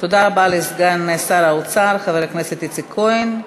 תודה רבה לסגן שר האוצר חבר הכנסת איציק כהן.